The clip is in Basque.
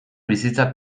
bizitza